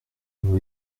nous